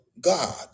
God